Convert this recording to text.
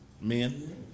Men